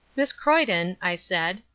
miss croyden, i said,